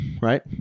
right